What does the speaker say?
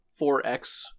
4X